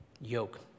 yoke